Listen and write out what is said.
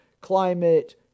climate